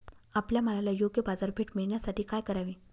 आपल्या मालाला योग्य बाजारपेठ मिळण्यासाठी काय करावे?